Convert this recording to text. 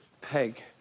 Peg